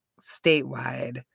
statewide